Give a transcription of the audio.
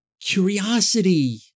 curiosity